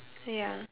ya